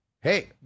hey